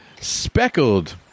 speckled